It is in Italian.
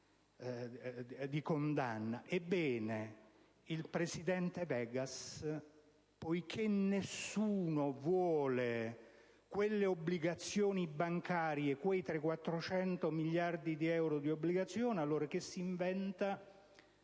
di reclusione): ebbene, il presidente Vegas, poiché nessuno vuole quelle obbligazioni bancarie, quei 300-400 miliardi di euro di obbligazione, si inventa,